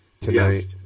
tonight